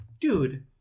dude